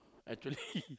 actually